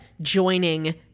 joining